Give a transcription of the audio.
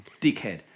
Dickhead